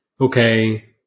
okay